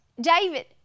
David